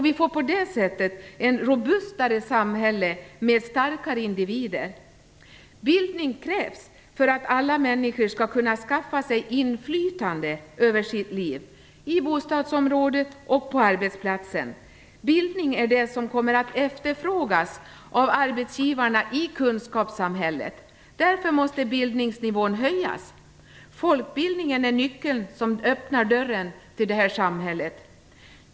Vi får på det sättet ett robustare samhälle med starkare individer. Bildning krävs för att alla människor skall kunna skaffa sig inflytande över sitt liv - i bostadsområdet och på arbetsplatsen. Bildning är det som kommer att efterfrågas av arbetsgivarna i kunskapssamhället. Därför måste bildningsnivån höjas. Folkbildningen är nyckeln som öppnar dörren till det här samhället.